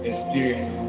experience